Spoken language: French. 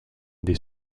des